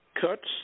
cuts